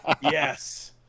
yes